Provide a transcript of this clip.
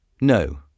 No